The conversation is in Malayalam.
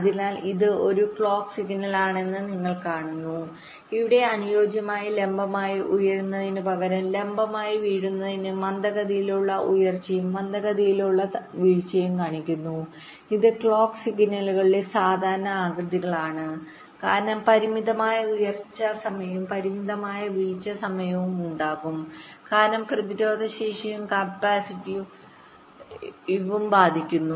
അതിനാൽ ഇത് ഒരു ക്ലോക്ക് സിഗ്നലാണെന്ന് നിങ്ങൾ കാണുന്നു ഇവിടെ അനുയോജ്യമായ ലംബമായി ഉയരുന്നതിനുപകരം ലംബമായി വീഴുന്നത് മന്ദഗതിയിലുള്ള ഉയർച്ചയും മന്ദഗതിയിലുള്ള വീഴ്ചയും കാണിക്കുന്നു ഇത് ക്ലോക്ക് സിഗ്നലുകളുടെ സാധാരണ ആകൃതികളാണ് കാരണം പരിമിതമായ ഉയർച്ച സമയവും പരിമിതമായ വീഴ്ച സമയവും ഉണ്ടാകും കാരണം പ്രതിരോധശേഷിയും കപ്പാസിറ്റീവും ബാധിക്കുന്നു